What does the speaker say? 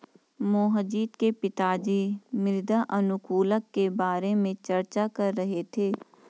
मोहजीत के पिताजी मृदा अनुकूलक के बारे में चर्चा कर रहे थे